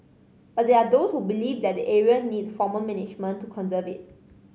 but there are those who believe that the area needs formal management to conserve it